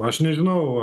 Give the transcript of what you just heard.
aš nežinau